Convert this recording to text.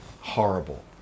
Horrible